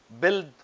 Build